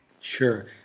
Sure